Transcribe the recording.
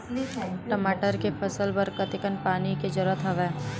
टमाटर के फसल बर कतेकन पानी के जरूरत हवय?